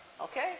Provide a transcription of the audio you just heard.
Okay